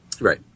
Right